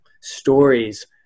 stories